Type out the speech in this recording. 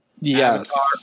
Yes